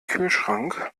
kühlschrank